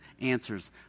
answers